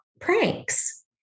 pranks